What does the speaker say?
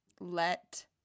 let